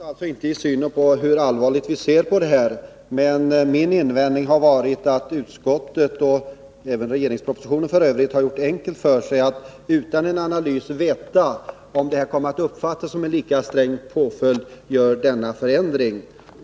Herr talman! Det finns alltså inte någon skillnad i vår syn på hur allvarlig rattonykterhet är. Min invändning har varit att utskottet, f.ö. även regeringen i propositionen, har gjort det enkelt för sig. Utan att veta om den nu föreslagna ordningen kommer att uppfattas som en lika sträng påföljd vill man göra denna förändring.